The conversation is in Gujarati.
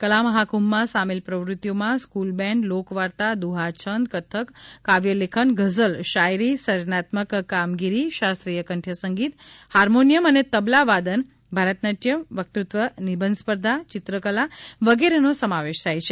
કલા મહાકુંભમાં સામેલ પ્રવૃતિઓ માં સ્કૂલ બેન્ડ લોકવાર્તા દુહાછંદ કથક કાવ્યલેખન ગઝલ શાયરી સર્જનાત્મક કામગીરી શાસ્ત્રીય કંઠ્ય સંગીત હાર્મોનિયમ અને તબલાં વાદન ભરતનાટ્યમ વકતૃત્વ નિબંધ સ્પર્ધા ચિત્રકલા વગેરે નો સમાવેશ થાય છે